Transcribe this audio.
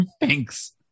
Thanks